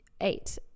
eight